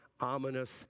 ominous